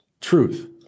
truth